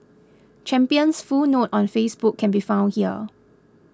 champion's full note on Facebook can be found here